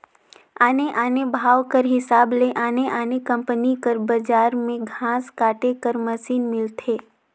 आने आने भाव कर हिसाब ले आने आने कंपनी कर बजार में घांस काटे कर मसीन मिलथे